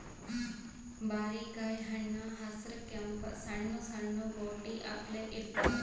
ಬಾರಿಕಾಯಿ ಹಣ್ಣ್ ಹಸ್ರ್ ಕೆಂಪ್ ಸಣ್ಣು ಸಣ್ಣು ಗೋಟಿ ಅಪ್ಲೆ ಇರ್ತವ್